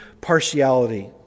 partiality